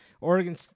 Oregon